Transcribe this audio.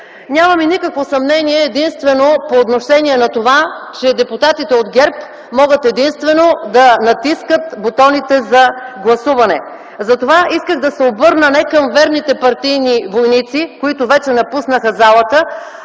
Нямаме никакво съмнение единствено по отношение на това, че депутатите от ГЕРБ могат единствено да натискат бутоните за гласуване. Затова исках да се обърна не към верните партийни войници, които вече напуснаха залата,